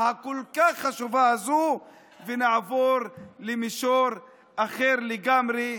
הכל-כך חשובה הזו ונעבור למישור אחר לגמרי,